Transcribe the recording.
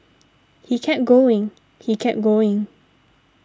he kept going he kept going